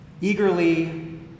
eagerly